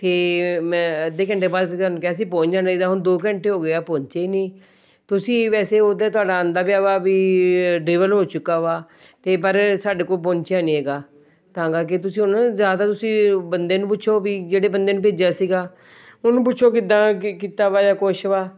ਅਤੇ ਮੈਂ ਅੱਧੇ ਘੰਟੇ ਬਾਅਦ ਤੁਸੀਂ ਸਾਨੂੰ ਕਿਹਾ ਸੀ ਪਹੁੰਚ ਜਾਣਾ ਇਹ ਤਾਂ ਹੁਣ ਦੋ ਘੰਟੇ ਹੋ ਗਏ ਹੈ ਪਹੁੰਚਿਆ ਹੀ ਨਹੀਂ ਤੁਸੀਂ ਵੈਸੇ ਓਧਰ ਤੁਹਾਡਾ ਆਉਂਦਾ ਪਿਆ ਵਾ ਵੀ ਡਿਲਵਰ ਹੋ ਚੁੱਕਾ ਵਾ ਅਤੇ ਪਰ ਸਾਡੇ ਕੋਲ ਪਹੁੰਚਿਆ ਨਹੀਂ ਹੈਗਾ ਤਾਂ ਕਰਕੇ ਤੁਸੀਂ ਉਹਨਾਂ ਨੂੰ ਜਾਂ ਤਾਂ ਤੁਸੀਂ ਬੰਦੇ ਨੂੰ ਪੁੱਛੋ ਵੀ ਜਿਹੜੇ ਬੰਦੇ ਨੂੰ ਭੇਜਿਆ ਸੀਗਾ ਉਹਨੂੰ ਪੁੱਛੋ ਕਿੱਦਾਂ ਕ ਕੀਤਾ ਵਾ ਜਾ ਕੁਛ ਵਾ